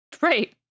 Right